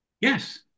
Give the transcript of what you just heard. Yes